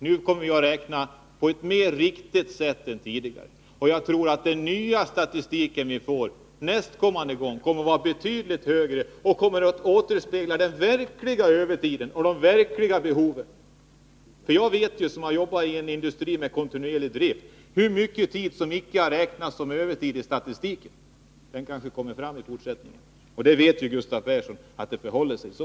Nu kommer vi att räkna riktigare än tidigare, och de siffror som vi får nästa gång kommer säkerligen att vara betydligt högre och återspegla den verkliga övertiden och de verkliga behoven. Eftersom jag har jobbat i en industri med kontinuerlig drift vet jag hur mycket övertid som inte har räknats som övertid i statistiken. Den kanske kommer fram i fortsättningen. Gustav Persson vet att det förhåller sig så.